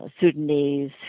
Sudanese